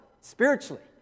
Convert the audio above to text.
spiritually